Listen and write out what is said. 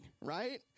right